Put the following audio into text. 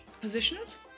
positions